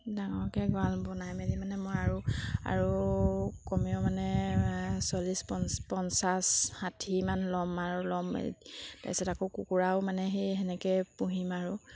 ডাঙৰকৈ গড়াল বনাই মেলি মানে মই আৰু আৰু কমেও মানে চল্লিছ পঞ্চাছ ষাঠি মান ল'ম আৰু ল'ম তাৰপিছত আকৌ কুকুৰাও মানে সেই সেনেকৈ পুহিম আৰু